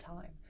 time